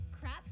Crap